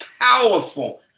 powerful